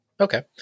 Okay